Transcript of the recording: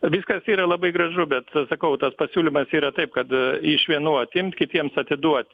viskas yra labai gražu bet sakau tas pasiūlymas yra taip kad iš vienų atimt kitiems atiduot